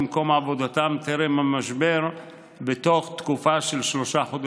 המשבר הכלכלי-חברתי ביותר עוצמות בתקופה הבאה.